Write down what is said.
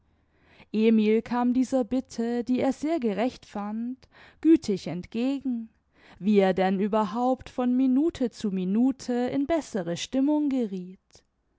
emil kam dieser bitte die er sehr gerecht fand gütig entgegen wie er denn überhaupt von minute zu minute in bessere stimmung gerieth